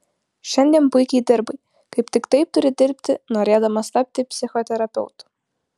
šiandien puikiai dirbai kaip tik taip turi dirbti norėdamas tapti psichoterapeutu